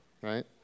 right